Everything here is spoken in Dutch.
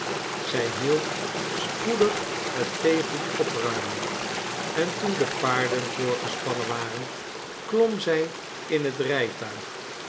zij hielp spoedig het theegoed opruimen en toen de paarden voorgespannen waren klom zij in het rijtuig